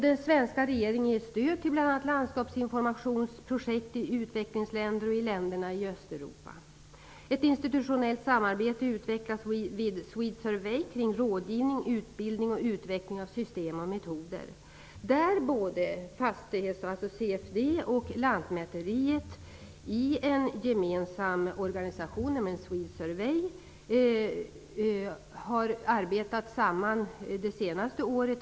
Den svenska regeringen ger stöd till bl.a. landskapsinformationsprojekt i utvecklingsländer och i länderna i Östeuropa. Ett institutionellt samarbete utvecklas vid Swede Lantmäteriverket i en gemensam organisation har samarbetat med Swede Survey det senaste året.